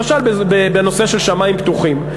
למשל בנושא של שמים פתוחים,